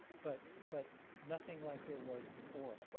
but but nothing like there was before.